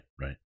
right